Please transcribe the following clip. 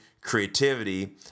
creativity